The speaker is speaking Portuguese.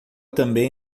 também